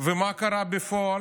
מה קרה בפועל?